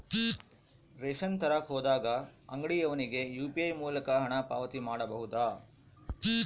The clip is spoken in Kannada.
ರೇಷನ್ ತರಕ ಹೋದಾಗ ಅಂಗಡಿಯವನಿಗೆ ಯು.ಪಿ.ಐ ಮೂಲಕ ಹಣ ಪಾವತಿ ಮಾಡಬಹುದಾ?